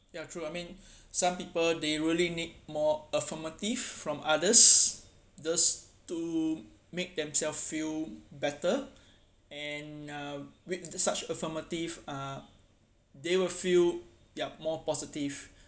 ya true I mean some people they really need more affirmative from others just to make themselves feel better and uh with the such affirmative uh they will feel ya more positive